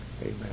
Amen